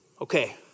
Okay